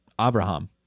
Abraham